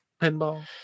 Pinball